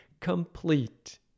complete